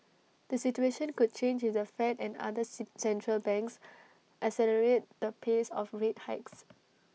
the situation could change if the fed and other C central banks accelerate the pace of rate hikes